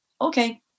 Okay